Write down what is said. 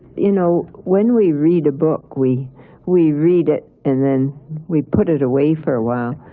you know when we read a book, we we read it, and then we put it away for a while,